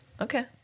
Okay